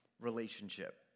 relationship